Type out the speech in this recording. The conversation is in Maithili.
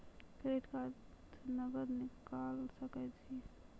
क्रेडिट कार्ड से नगद निकाल सके छी?